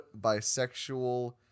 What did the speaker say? bisexual